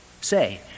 Say